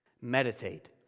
Meditate